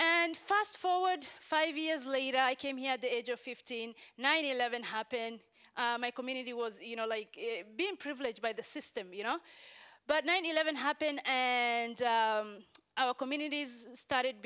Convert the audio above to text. and fast forward five years later i came here at the age of fifteen nine eleven happened my community was you know like being privileged by the system you know but nine eleven happened and our communities started